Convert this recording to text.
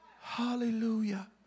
Hallelujah